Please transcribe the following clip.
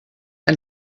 ein